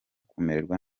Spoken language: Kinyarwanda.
kumererwa